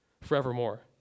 forevermore